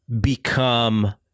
become